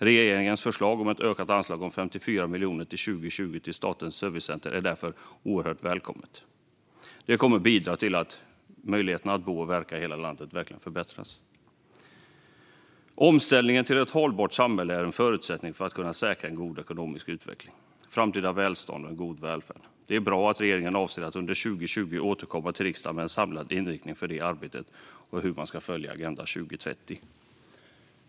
Regeringens förslag om ett ökat anslag om 54 miljoner till 2020 till Statens servicecenter är därför oerhört välkommet. Det kommer att bidra till att möjligheterna att bo och verka i hela landet verkligen förbättras. Omställningen till ett hållbart samhälle är en förutsättning för att säkra en god ekonomisk utveckling, framtida välstånd och en god välfärd. Det är bra att regeringen avser att under 2020 återkomma till riksdagen med en samlad inriktning för det arbetet och hur man ska följa Agenda 2030.